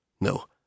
No